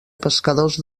pescadors